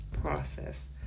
process